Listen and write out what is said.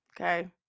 okay